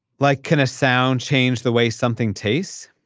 like can a sound change the way something tastes?